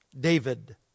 David